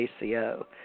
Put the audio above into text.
ACO